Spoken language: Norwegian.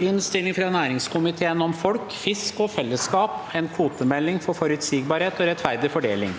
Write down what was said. Innstilling fra næringskomiteen om Folk, fisk og fel- lesskap – en kvotemelding for forutsigbarhet og rettferdig fordeling